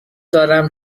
دارم